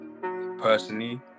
personally